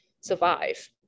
survive